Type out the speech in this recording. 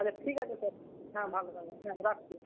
আচ্ছা ঠিক আছে স্যার হ্যাঁ ভালো থাকবেন হ্যাঁ রাখছি